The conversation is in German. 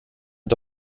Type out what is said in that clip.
ihr